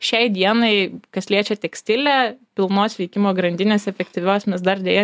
šiai dienai kas liečia tekstilę pilnos veikimo grandinės efektyvios mes dar deja